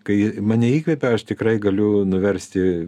kai mane įkvepia aš tikrai galiu nuversti